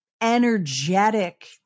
energetic